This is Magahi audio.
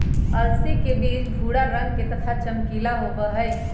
अलसी के बीज भूरा रंग के तथा चमकीला होबा हई